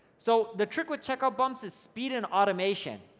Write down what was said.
so the trick with check out bumps is speed and automation,